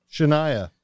Shania